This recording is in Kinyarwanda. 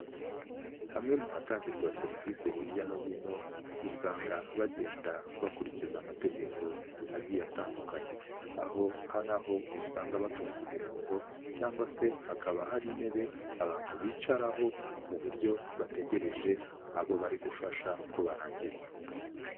Hamwe mu hatangirwa serivise hirya no hino, usanga bagenda bakurikiza amategeko agiye atandukanye. Aho hari aho usanga batonze imirongo cyangwa se hakaba hari intebe abantu bicaraho mu buryo bategereje abo bari gufasha ko barangiza.